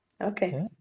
Okay